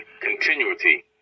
continuity